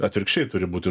atvirkščiai turi būti